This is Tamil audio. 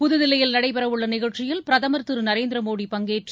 புதுதில்லியில் நடைபெறவுள்ள நிகழ்ச்சியில் பிரதமர் திரு நரேந்திர மோடி பங்கேற்று